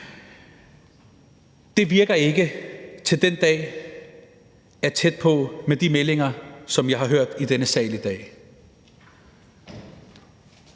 Det virker ikke, som om den dag er tæt på, med de meldinger, som jeg har hørt i denne sal i dag.